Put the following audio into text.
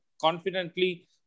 confidently